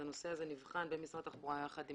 הנושא הזה נבחן במשרד התחבורה יחד עם